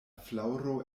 flaŭro